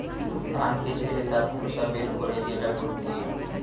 ধানকে ঝেড়ে তার খোসা বের করে যেটা করতিছে